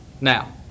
now